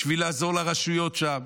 בשביל לעזור לרשויות שם,